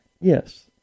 Yes